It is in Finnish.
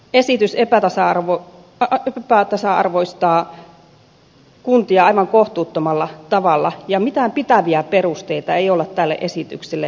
esitys epätasa arvoistaa kuntia aivan kohtuuttomalla tavalla ja mitään pitäviä perusteita ei ole tälle esitykselle vielä kuultu